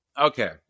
okay